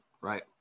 right